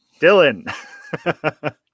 Dylan